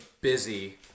busy